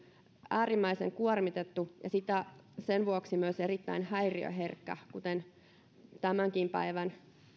äärimmäisen kuormitettu ja sen vuoksi myös erittäin häiriöherkkä tämänkin päivän